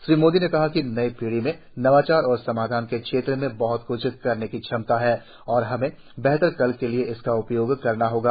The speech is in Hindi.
श्री मोदी ने कहा कि नई पीढ़ी में नवाचार और समाधान के क्षेत्र में बहत क्छ करने की क्षमता है और हमें बेहतर कल के लिए इसका उपयोग करना होगा